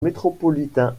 métropolitain